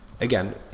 again